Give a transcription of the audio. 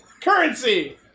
currency